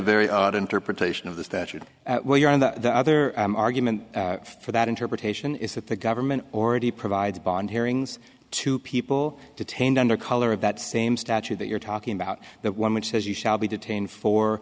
very odd interpretation of the statute while you're on the other argument for that interpretation is that the government already provides bond hearings to people detained under color of that same statute that you're talking about the one which says you shall be detained for